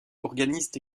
organisent